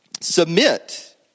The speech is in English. Submit